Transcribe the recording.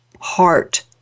heart